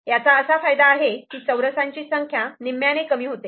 याचा असा फायदा आहे की चौरसाची संख्या निम्म्याने कमी होते